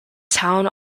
town